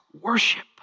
worship